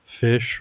fish